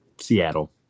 Seattle